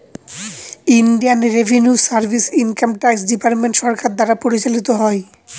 Indian revenue service income tax department সরকারের দ্বারা পরিচালিত হয়